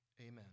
amen